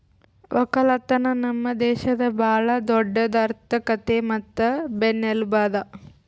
ಒಕ್ಕಲತನ ನಮ್ ದೇಶದ್ ಭಾಳ ದೊಡ್ಡುದ್ ಆರ್ಥಿಕತೆ ಮತ್ತ ಬೆನ್ನೆಲುಬು ಅದಾ